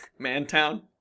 Mantown